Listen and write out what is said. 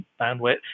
bandwidth